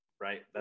Right